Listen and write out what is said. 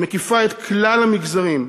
המקיפה את כלל המגזרים,